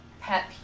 pet